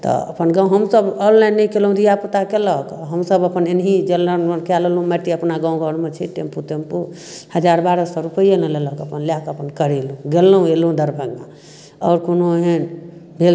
तऽ अपन गाम हमसभ ऑनलाइन नहि केलहुँ धिआपुता केलक हमसभ अपन एनाहि जनरलमे कऽ लेलहुँ मारिते अपना गामघरमे छै टेम्पू तेम्पू हजार बारह सओ रुपैए ने लेलक अपन लऽ कऽ अपन करेलहुँ गेलहुँ अएलहुँ दरभङ्गा आओर कोनो एहन भेल